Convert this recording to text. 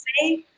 say